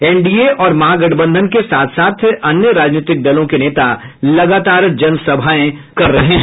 NDA और महागठबंधन के साथ साथ अन्य राजनीतिक दलों के नेता लगातार जनसभाओं को संबोधित कर रहे हैं